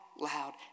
loud